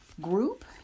group